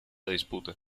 disputa